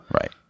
Right